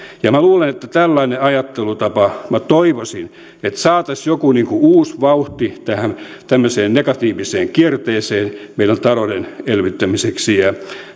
minä luulen että tällaisella ajattelutavalla toivoisin saataisiin joku uusi vauhti tähän tämmöiseen negatiiviseen kierteeseen meidän talouden elvyttämiseksi ja